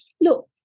look